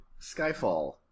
skyfall